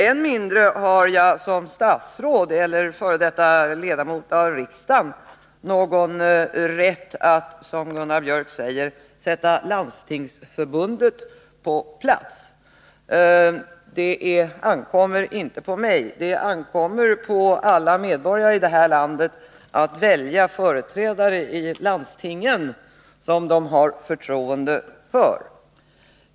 Än mindre har jag som statsråd eller f. d. ledamot av riksdagen någon rätt att, som Gunnar Biörck säger, ”sätta Landstingsförbundet på plats”. Det ankommer inte på mig. Det ankommer på alla medborgare i detta land att välja företrädare i landstingen som de har förtroende för.